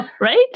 Right